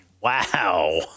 Wow